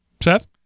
Seth